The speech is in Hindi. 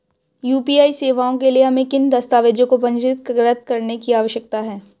यू.पी.आई सेवाओं के लिए हमें किन दस्तावेज़ों को पंजीकृत करने की आवश्यकता है?